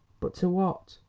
but to what?